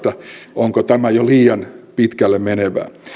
onko tämä jo liian pitkälle menevää